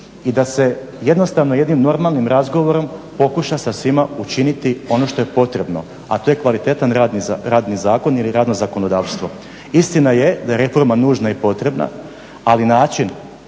i da se jednostavno jednim normalnim razgovorom pokuša sa svima učiniti ono što je potrebno, a to je kvalitetan radni zakon ili radno zakonodavstvo. Istina je da je reforma nužna i potrebna ali način